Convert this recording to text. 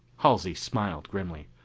halsey smiled grimly.